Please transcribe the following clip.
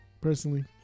Personally